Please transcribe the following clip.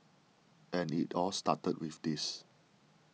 and it all started with this